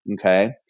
Okay